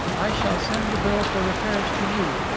i shall send the bill for repairs to you.